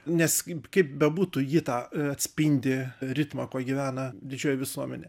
nes kaip bebūtų ji tą atspindi ritmą kuo gyvena didžioji visuomenė